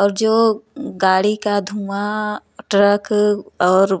और जो गाड़ी का धुआँ ट्रक और